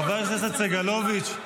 חבר הכנסת סגלוביץ',